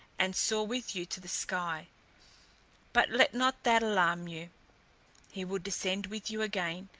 and soar with you to the sky but let not that alarm you he will descend with you again,